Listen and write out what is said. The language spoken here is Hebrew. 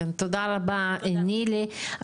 תודה רבה נילי,